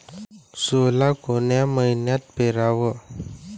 सोला कोन्या मइन्यात पेराव?